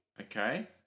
Okay